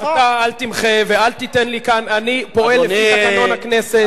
אתה אל תמחה, אני פועל לפי תקנון הכנסת,